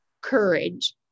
courage